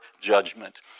judgment